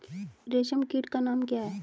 रेशम कीट का नाम क्या है?